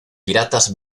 piratas